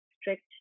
strict